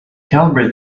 calibrate